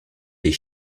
des